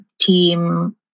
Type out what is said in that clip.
Team